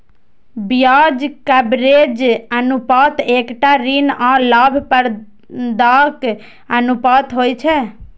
ब्याज कवरेज अनुपात एकटा ऋण आ लाभप्रदताक अनुपात होइ छै